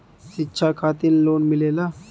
शिक्षा खातिन लोन मिलेला?